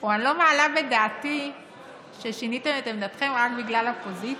או אני לא מעלה בדעתי ששיניתם את עמדתכם רק בגלל הפוזיציה.